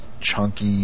chunky